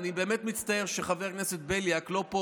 אני באמת מצטער שחבר הכנסת בליאק לא פה